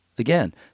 Again